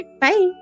Bye